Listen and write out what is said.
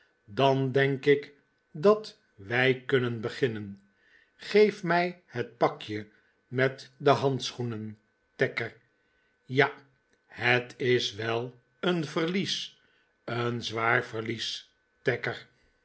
dan denk ik dat wij kunnen beginnen geef mij het pakje met de handschoenen tacker ja het is wel een verlies een zwaar verlies